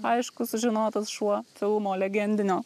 aišku sužinotas šuo filmo legendinio